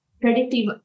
predictive